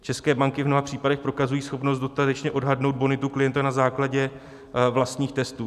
České banky v mnoha případech prokazují schopnost dostatečně odhadnout bonitu klienta na základě vlastních testů.